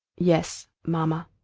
yes, mamma.